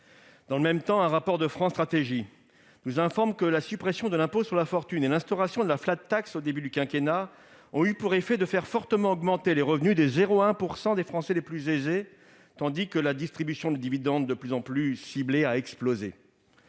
Dans le même temps, un rapport de France Stratégie nous informe que la suppression de l'impôt sur la fortune et l'instauration de la au début du quinquennat ont eu pour effet de faire fortement augmenter les revenus des 0,1 % des Français les plus aisés, tandis que la distribution de dividendes, de plus en plus ciblée, a explosé.